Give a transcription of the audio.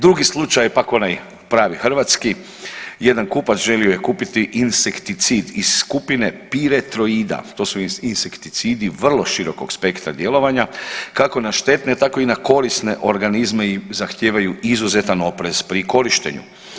Drugi slučaj je pak onaj pravi hrvatski, jedan kupac želio je kupiti insekticid iz skupine piretroida, to su insekticidi vrlo širokog spektra djelovanja kako na štetne tako i na korisne organizme i zahtijevaju izuzetan oprez pri korištenju.